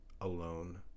alone